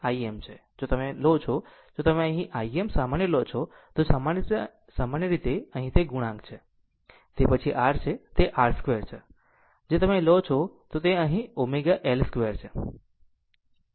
જો તમે લો જો તમે અહીં Im સામાન્ય લો છો તો સામાન્ય રીતે અહીં તે ગુણાંક છે તે પછી R છે તે R 2 છે જે તમે લો છો અને અહીં તે ω L 2 છે